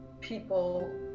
people